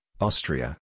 Austria